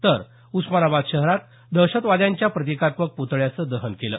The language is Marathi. तर उस्मानाबाद शहरात दहशतवाद्यांच्या प्रतिकात्मक प्तळ्याचं दहन केलं